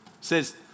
says